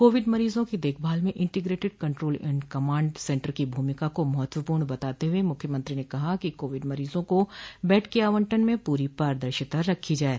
Covid मरीजों की देखभाल में integrated control and command centre की भूमिका को महत्वपूर्ण बताते हुए मुख्यमंत्री ने कहा कि कोविड मरीजों को बेड के आवंटन में पूरी पारदर्शिता रखी जाये